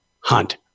hunt